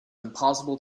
impossible